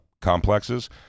complexes